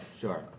sure